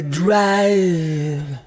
drive